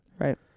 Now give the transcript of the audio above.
right